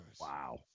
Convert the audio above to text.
wow